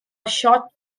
short